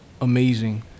amazing